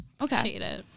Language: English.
okay